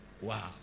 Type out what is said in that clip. Wow